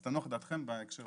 אז תנוח דעתכם בהקשר הזה.